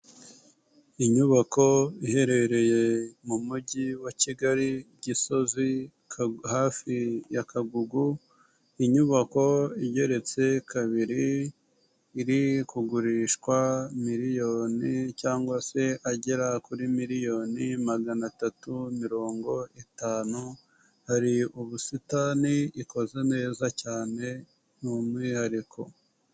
Inyubako iherereye mu mujyi wa Kigali, Gisozi hafi ya Kagugu, inyubako igeretse kabiri iri kugurishwa miliyoni cyangwa se agera kuri miliyoni magana tatu mirongo itanu, hari ubusitanikoze neza cyane ni umwihariko.